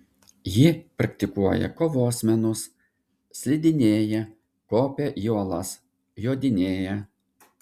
ji praktikuoja kovos menus slidinėja kopia į uolas jodinėja